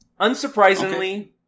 Unsurprisingly